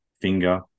finger